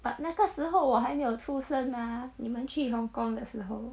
but 那个时候我还没有出身吗你们去 hong-kong 的时候